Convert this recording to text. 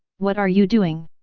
what are you doing!